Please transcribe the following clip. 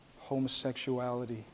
homosexuality